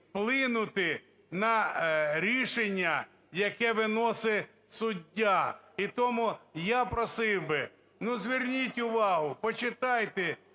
вплинути на рішення, яке виносить суддя. І тому я просив би, ну, зверніть увагу, почитайте